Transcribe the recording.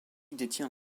détient